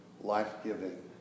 life-giving